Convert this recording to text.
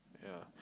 yeah